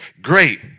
Great